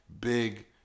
big